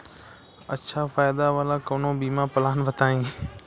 अच्छा फायदा वाला कवनो बीमा पलान बताईं?